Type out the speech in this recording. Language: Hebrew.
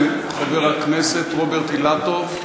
חבר הכנסת רוברט אילטוב,